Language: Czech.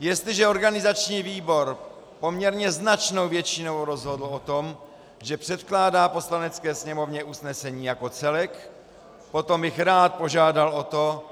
Jestliže organizační výbor poměrně značnou většinou rozhodl o tom, že předkládá Poslanecké sněmovně usnesení jako celek, potom bych rád požádal o to,